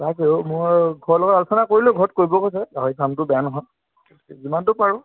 তাকে অঁ মই ঘৰ লগত আলচনা কৰিলোঁ ঘৰত কৰিব কৈছে গাহৰি ফাৰ্মটো বেয়া নহয় যিমান দূৰ পাৰোঁ